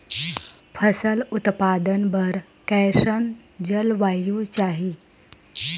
फसल उत्पादन बर कैसन जलवायु चाही?